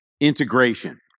integration